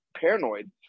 paranoid